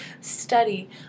study